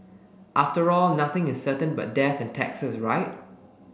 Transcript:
after all nothing is certain but death and taxes right